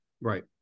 Right